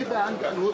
תודה רבה.